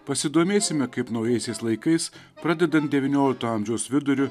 pasidomėsime kaip naujaisiais laikais pradedant devyniolikto amžiaus viduriu